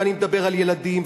ואני מדבר על ילדים,